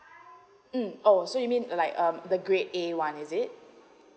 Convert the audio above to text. um orh so you mean like um the grade A one is it